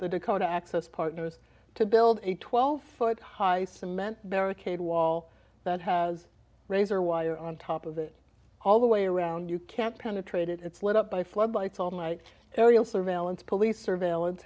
the dakota access partners to build a twelve foot high cement barricade wall that has razor wire on top of it all the way around you can't penetrate it it's lit up by floodlights all night aerial surveillance police surveillance